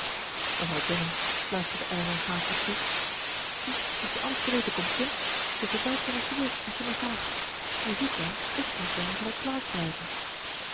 mevrouw jennings fluisterde elinor haastig toe zie dat je alles te weten komt kind ze vertelt je wat je wilt als je maar vraagt je ziet wel ik moet bij mevrouw clarke blijven